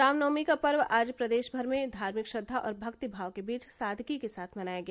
रामनवमी का पर्व आज प्रदेश भर में धार्मिक श्रद्वा और भक्तिभाव के बीच सादगी के साथ मनाया गया